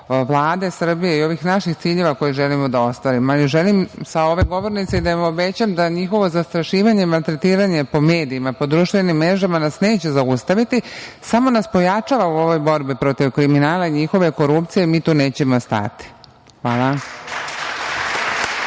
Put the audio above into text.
Vlade Srbije i ovih naših ciljeva koje želimo da ostvarimo. Želim sa ove govornice da obećam da njihovo zastrašivanje, maltretiranje po medijima, po društvenim mrežama nas neće zaustaviti, samo nas pojačava u ovoj borbi protiv kriminala i njihove korupcije. Mi tu nećemo stati. Hvala.